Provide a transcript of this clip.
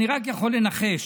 אני רק יכול לנחש,